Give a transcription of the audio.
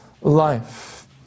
life